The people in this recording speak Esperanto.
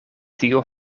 tio